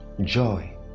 Joy